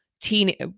teen